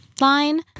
line